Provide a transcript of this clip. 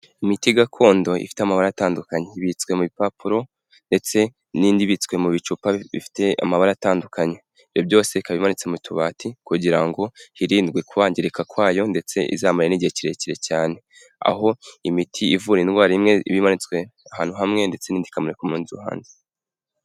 Imiti gakondo ifite amabara atandukanye ibitswe mu bipapuro ndetse n'indibitswe mu bicupa bifite amabara atandukanye ibyo byose ikaba imanitse mu tubati kugira ngo hirindwe kwangirika kwayo ndetse izamara n'igihe kirekire cyane aho imiti ivura indwara imwe biba imanitswe ahantu hamwe ndetse n'indi ikamanikwa murundi ruhande.